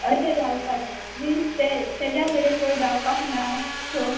अशें जावपाचें मिन्स तें तेज्या कडेन कोण रावपाक ना सो